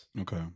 Okay